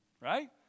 Right